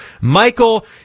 Michael